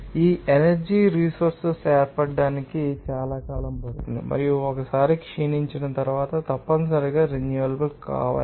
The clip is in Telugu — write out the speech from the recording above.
ఈ ఎనర్జీ రిసోర్సెస్ ఏర్పడటానికి చాలా కాలం పడుతుంది మరియు ఒకసారి క్షీణించిన తరువాత తప్పనిసరిగా రెన్యూబెల్ కావాలి